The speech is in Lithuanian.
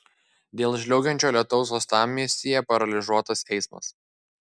dėl žliaugiančio lietaus uostamiestyje paralyžiuotas eismas